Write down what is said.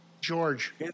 George